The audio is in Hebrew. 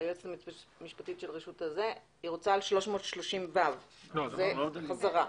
היא רוצה על 330ו. זה חזרה.